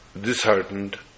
disheartened